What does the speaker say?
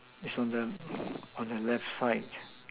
it's on the on the left side